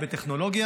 בטכנולוגיה,